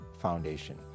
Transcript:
foundation